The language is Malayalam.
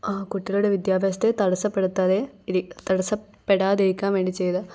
കുട്ടികളുടെ വിദ്യാഭ്യാസത്തെ തടസ്സപ്പെടുത്താതെ ഇരി തടസ്സപ്പെടാതെ ഇരിക്കാൻ ചെയ്ത